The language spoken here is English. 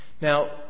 Now